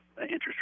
interest